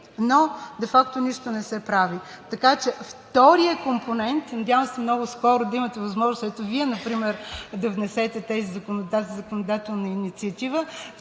но де факто нищо не се прави. Вторият компонент. Надявам се много скоро да имате възможност, ето Вие например да внесете тази законодателна инициатива.